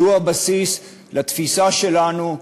שהוא הבסיס לתפיסה שלנו,